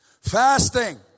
Fasting